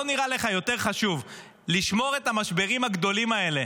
לא נראה לך יותר חשוב לשמור את המשברים הגדולים האלה